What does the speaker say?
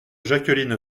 jacqueline